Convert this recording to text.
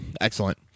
Excellent